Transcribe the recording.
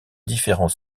différents